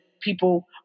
people